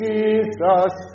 Jesus